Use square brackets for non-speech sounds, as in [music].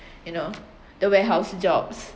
[breath] you know the warehouse jobs